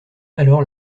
alors